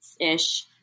ish